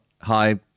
hi